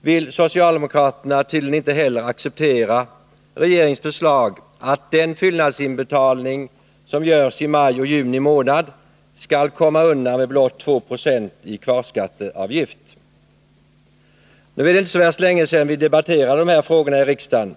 vill de tydligen inte heller acceptera regeringens förslag att de som gör fyllnadsinbetalning alltför sent, nämligen i maj och juni månader, skall komma undan med blott 2 96 i kvarskatteavgift. Nu är det inte så värst länge sedan vi debatterade de här frågorna i riksdagen.